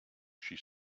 she